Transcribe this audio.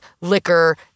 liquor